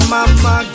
Mama